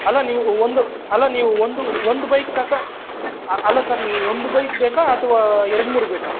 ಅಲ್ಲ ನೀವು ಒಂದು ಅಲ್ಲ ನೀವು ಒಂದು ಒಂದು ಬೈಕ್ ಸಾಕಾ ಅಲ್ಲ ಸರ್ ನೀವು ಒಂದು ಬೈಕ್ ಬೇಕಾ ಅಥವಾ ಎರಡು ಮೂರು ಬೇಕಾ